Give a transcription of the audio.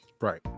right